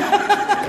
טוב שכך.